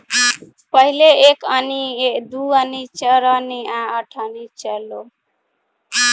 पहिले एक अन्नी, दू अन्नी, चरनी आ अठनी चलो